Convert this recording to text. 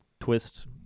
twist